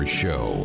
show